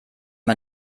man